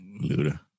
Luda